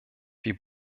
wir